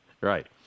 Right